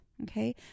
Okay